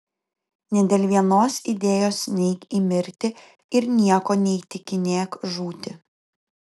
nė dėl vienos idėjos neik į mirtį ir nieko neįtikinėk žūti